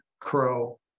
Crow